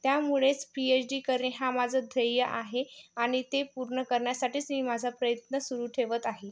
त्यामुळेच PhD करणे हा माझा ध्येय आहे आणि ते पूर्ण करण्यासाठीच मी माझा प्रयत्न सुरू ठेवत आहे